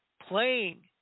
playing